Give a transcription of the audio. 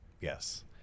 Yes